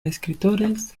escritores